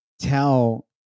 tell